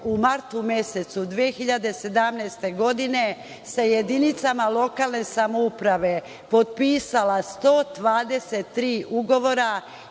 u martu mesecu 2017. godine sa jedinicama lokalne samouprave potpisala 123 ugovora